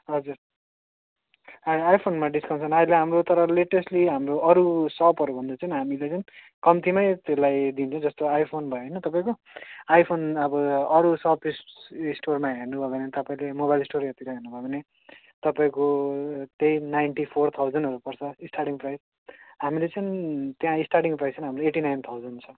हजुर आ आइफोनमा डिस्कउन्ट छैन अहिले हाम्रो तर लेटेस्टली हाम्रो अरू सपहरूभन्दा चाहिँ हामीले चाहिँ कम्तीमै त्यसलाई दिन्छौँ जस्तो आइफोन भयो होइन तपाईँको आइफोन अब अरू सप स् स्टोरमा हेर्नुभयो भने तपाईँले मोबाइल स्टोरहरूतिर हेर्नुभयो भने तपाईँको त्यही नाइन्टी फोर थाउजन्डहरू पर्छ स्टार्टिङ प्राइस हामीले चाहिँ त्यहाँ स्टार्टिङ प्राइस चाहिँ हाम्रो एटी नाइन थाउजन्ड छ